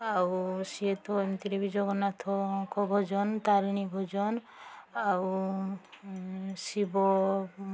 ଆଉ ସିଏ ତ ଏମିତିରେ ଜଗନ୍ନାଥଙ୍କ ଭଜନ ତାରିଣୀ ଭଜନ ଆଉ ଶିବ